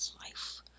life